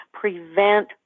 prevent